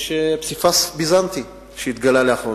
יש פסיפס ביזנטי שהתגלה לאחרונה.